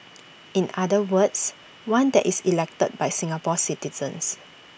in other words one that is elected by Singapore citizens